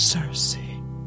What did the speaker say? Cersei